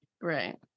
Right